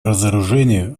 разоружению